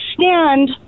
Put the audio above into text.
stand